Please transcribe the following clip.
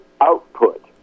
output